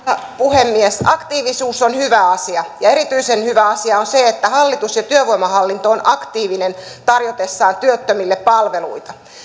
arvoisa puhemies aktiivisuus on hyvä asia ja erityisen hyvä asia on se että hallitus ja työvoimahallinto ovat aktiivisia tarjotessaan työttömille palveluita